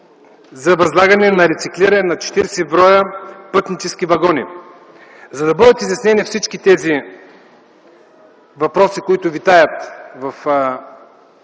за възлагане на рециклиране на 40 бр. пътнически вагони. За да бъдат изяснени всички тези въпроси, които витаят в